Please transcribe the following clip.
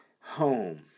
home